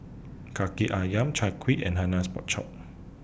Kaki Ayam Chai Kuih and Hainanese Pork Chop